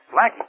Blackie